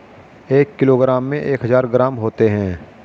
एक किलोग्राम में एक हजार ग्राम होते हैं